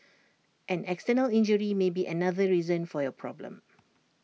an external injury may be another reason for your problem